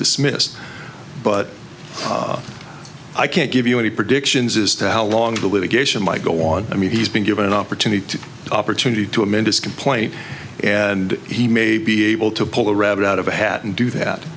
dismissed but i can't give you any predictions as to how long the litigation might go on i mean he's been given an opportunity opportunity to amend his complaint and he may be able to pull a rabbit out of a hat and do that